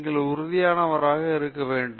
நீங்கள் உறுதியானவராக இருக்க வேண்டும்